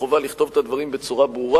החובה לכתוב את הדברים בצורה ברורה.